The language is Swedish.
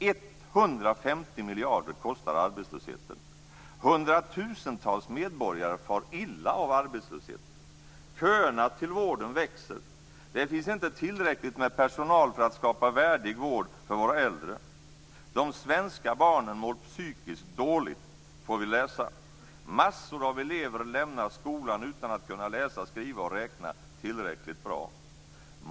150 miljarder kostar arbetslösheten. Hundratusentals medborgare far illa av arbetslösheten. Köerna till vården växer. Det finns inte tillräckligt med personal för att skapa värdig vård för våra äldre. De svenska barnen mår psykiskt dåligt, får vi läsa. Massor av elever lämnar skolan utan att kunna läsa, skriva och räkna tillräckligt bra.